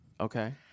Okay